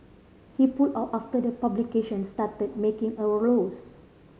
he pulled out after the publication started making a loss